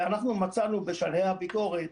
ואנחנו מצאנו, בשלהי הביקורת,